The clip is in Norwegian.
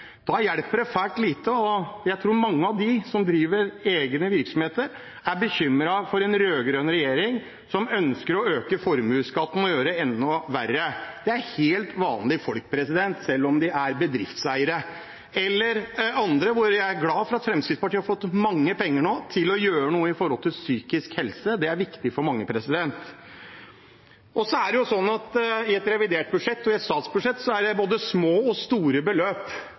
Da hjelper det svært lite, og jeg tror mange av dem som driver egne virksomheter, er bekymret for en rød-grønn regjering, som ønsker å øke formuesskatten og gjøre det enda verre. Det er helt vanlige folk, selv om de er bedriftseiere. Jeg er glad for at Fremskrittspartiet nå har mange penger til å gjøre noe med psykisk helse, det er viktig for mange. I et revidert statsbudsjett er det både små og store beløp som skal fordeles. Det har jeg lyst til å ta med til en kar som ikke har fått de store